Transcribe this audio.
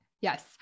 Yes